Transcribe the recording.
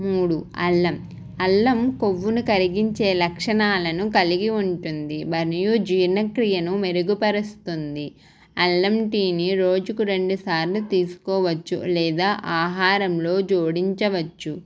మూడు అల్లం అల్లం కొవ్వును కరిగించే లక్షణాలను కలిగి ఉంటుంది మరియు జీర్ణక్రియను మెరుగుపరుస్తుంది అల్లం టీని రోజుకు రెండు సార్లు తీసుకోవచ్చు లేదా ఆహారంలో జోడించవచ్చు